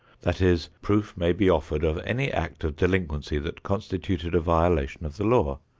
that is, proof may be offered of any act of delinquency that constituted a violation of the law,